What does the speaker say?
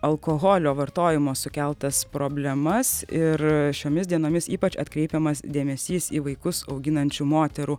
alkoholio vartojimo sukeltas problemas ir šiomis dienomis ypač atkreipiamas dėmesys į vaikus auginančių moterų